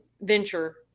venture